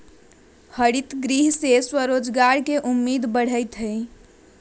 हरितगृह से स्वरोजगार के उम्मीद बढ़ते हई